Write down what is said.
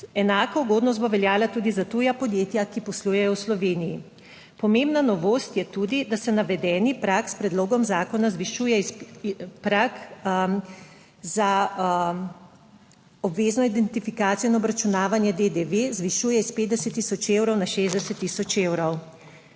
Enaka ugodnost bo veljala tudi za tuja podjetja, ki poslujejo v Sloveniji. Pomembna novost je tudi, da se navedeni prag s predlogom zakona zvišuje, prag za obvezno identifikacijo in obračunavanje DDV zvišuje iz 50 tisoč evrov na 60 tisoč evrov.